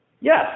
yes